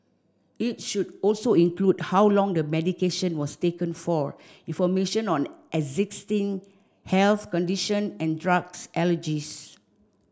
it should also include how long the medication was taken for information on existing health condition and drugs allergies